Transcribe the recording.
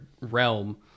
realm